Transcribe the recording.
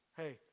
Hey